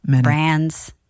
brands